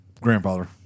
grandfather